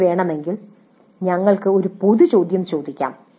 നിങ്ങൾക്ക് വേണമെങ്കിൽ ഞങ്ങൾ ഒരു പൊതു ചോദ്യം ചോദിക്കാം